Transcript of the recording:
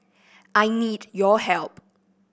I need your help